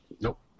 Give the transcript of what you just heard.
Nope